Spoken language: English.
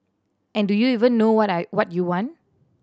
and do you even know what I what you want